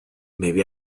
maybe